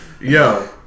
Yo